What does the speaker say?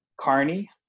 Carney